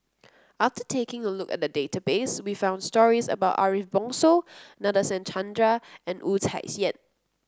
after taking a look at the database we found stories about Ariff Bongso Nadasen Chandra and Wu Tsai Yen